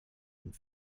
and